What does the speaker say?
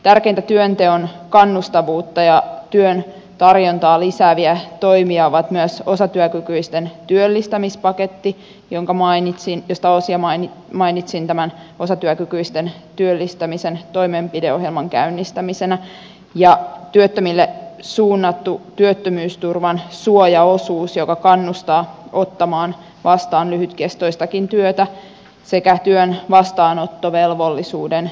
tärkeitä työnteon kannustavuutta ja työn tarjontaa lisääviä toimia ovat myös osatyökykyisten työllistämispaketti josta mainitsin tämän osatyökykyisten työllistämisen toimenpideohjelman käynnistämisen ja työttömille suunnattu työttömyysturvan suojaosuus joka kannustaa ottamaan vastaan lyhytkestoistakin työtä sekä työn vastaanottovelvollisuuden tiukentaminen